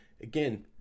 Again